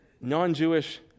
non-Jewish